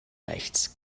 rechts